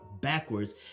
backwards